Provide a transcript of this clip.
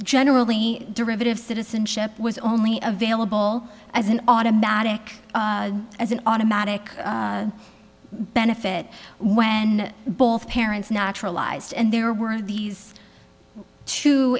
generally derivative citizenship was only available as an automatic as an automatic benefit when both parents naturalized and there were these two